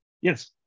Yes